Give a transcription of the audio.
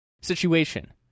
Situation